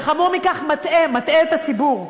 וחמור מכך: מטעה, מטעה את הציבור.